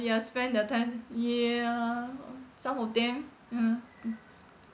ya spend their time ya ha some of them (uh huh)